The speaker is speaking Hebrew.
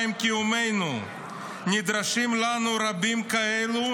עם קיומנו --- נדרשים לנו רבים כאלו,